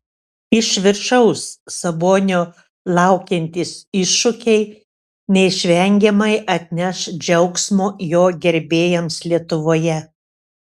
iš viršaus sabonio laukiantys iššūkiai neišvengiamai atneš džiaugsmo jo gerbėjams lietuvoje